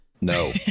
No